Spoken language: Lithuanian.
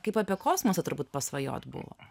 kaip apie kosmosą turbūt pasvajot buvo